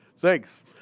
Thanks